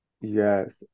Yes